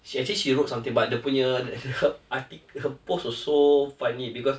she actually she wrote something but dia punya her posts were so funny because